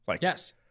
Yes